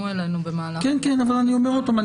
אלינו במהלך --- אני אומר עוד פעם,